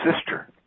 sister